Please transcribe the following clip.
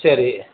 சரி